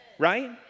right